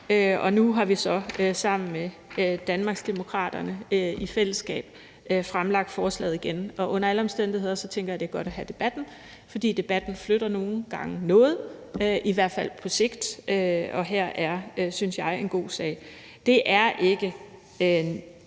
og nu har vi så sammen med Danmarksdemokraterne i fællesskab fremsat forslaget igen. Under alle omstændigheder tænker jeg det er godt at have debatten, fordi debatten nogle gange flytter noget, i hvert fald på sigt, og her er, synes jeg, en god sag. Det er ikke,